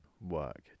work